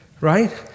right